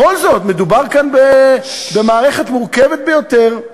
בכל זאת, מדובר כאן במערכת מורכבת ביותר.